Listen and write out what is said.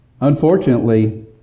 Unfortunately